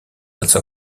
also